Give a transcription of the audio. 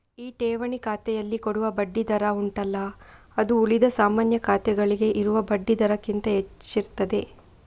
ಈ ಠೇವಣಿ ಖಾತೆನಲ್ಲಿ ಕೊಡುವ ಬಡ್ಡಿ ದರ ಉಂಟಲ್ಲ ಅದು ಉಳಿದ ಸಾಮಾನ್ಯ ಖಾತೆಗಳಿಗೆ ಇರುವ ಬಡ್ಡಿ ದರಕ್ಕಿಂತ ಹೆಚ್ಚಿರ್ತದೆ